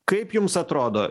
kaip jums atrodo